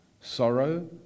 sorrow